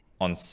on